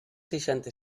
seixanta